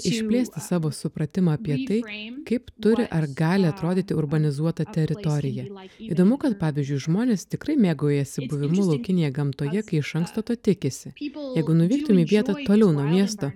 išplėsti savo supratimą apie tai kaip turi ar gali atrodyti urbanizuota teritorija įdomu kad pavyzdžiui žmonės tikrai mėgaujasi buvimu laukinėje gamtoje kai iš anksto to tikisi jeigu nuvyktumei į vietą toliau nuo miesto